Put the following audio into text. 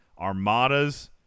armadas